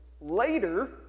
later